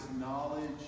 knowledge